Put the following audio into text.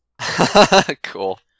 Cool